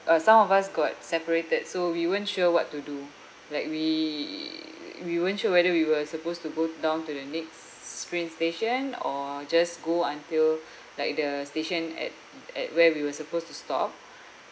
uh some of us got separated so we weren't sure what to do like we we weren't sure whether we were supposed to go down to the next train station or just go until like the station at at where we were supposed to stop